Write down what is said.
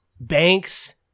banks